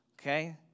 okay